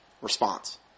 response